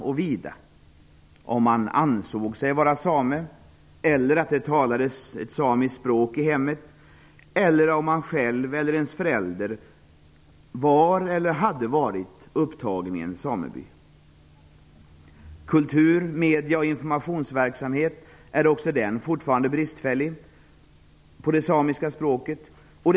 De var: om man ansåg sig vara same, om det talades ett samiskt språk i hemmet eller om man själv eller ens förälder var eller hade varit upptagen i en sameby. Kultur-, medie och informationsverksamheten på det samiska språket är också fortfarande bristfällig.